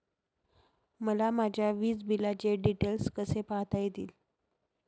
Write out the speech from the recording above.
मला माझ्या वीजबिलाचे डिटेल्स कसे पाहता येतील?